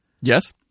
yes